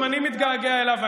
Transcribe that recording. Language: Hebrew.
גם אני מתגעגע אליו,